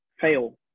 fail